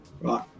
right